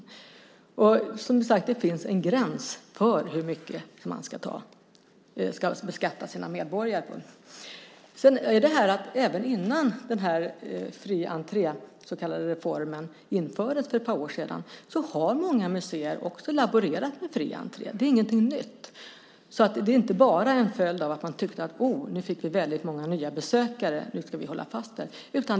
Det finns, som sagt, en gräns för hur mycket man ska beskatta sina medborgare. Även innan den så kallade fri entré-reformen infördes för ett par år sedan har många museer laborerat med fri entré. Det är ingenting nytt. Det är alltså inte bara en följd av att man tyckte att man fick väldigt många nya besökare och därför ville hålla fast vid den fria entrén.